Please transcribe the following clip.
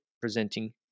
presenting